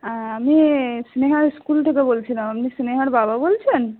আমি স্নেহার স্কুল থেকে বলছিলাম আপনি স্নেহার বাবা বলছেন